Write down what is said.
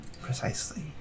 Precisely